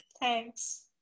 Thanks